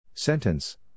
Sentence